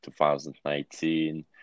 2019